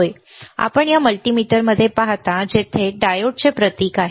होय आपण या मल्टीमीटरमध्ये पाहता येथे डायोडचे प्रतीक आहे